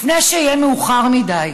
לפני שיהיה מאוחר מדי.